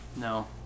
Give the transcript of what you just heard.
No